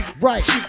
right